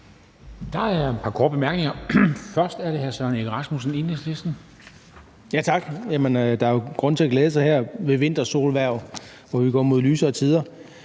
Der er et par korte bemærkninger. Først er det hr. Søren Egge Rasmussen, Enhedslisten. Kl. 22:17 Søren Egge Rasmussen (EL): Tak. Der er jo grund til at glæde sig her ved vintersolhverv, hvor vi går mod lysere tider.